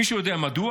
מישהו יודע מדוע?